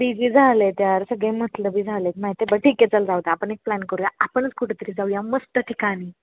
busy झाले आहेत यार सगळे मतलबी झाल आहेत माहिती आहे बरं ठीक आहे चल जाऊ दे आपण एक प्लॅन करूया आपणच कुठंतरी जाऊ या मस्त ठिकाणी